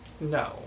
no